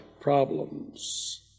problems